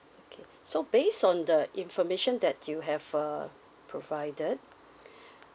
okay so based on the information that you have uh provided